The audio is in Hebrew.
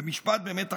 ומשפט באמת אחרון.